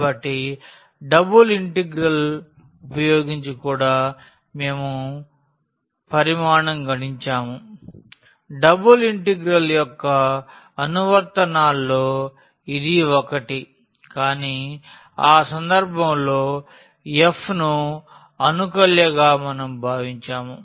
కాబట్టి double integral ఉపయోగించి కూడా మేము పరిమాణం గణించాము డబుల్ ఇంటిగ్రల్ యొక్క అనువర్తనాల్లో ఇది ఒకటి కానీ ఆ సందర్భంలో f ను అనుకల్య గా మనం భావించాము